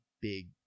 big